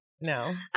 No